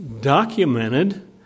documented